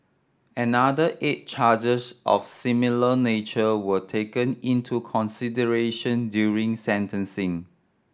another eight charges of similar nature were taken into consideration during sentencing